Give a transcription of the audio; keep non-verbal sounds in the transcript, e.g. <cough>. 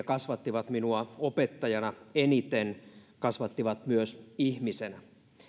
<unintelligible> kasvattivat minua opettajana eniten kasvattivat myös ihmisenä